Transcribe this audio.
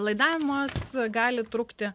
laidavimas gali trukti